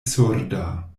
surda